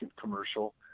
commercial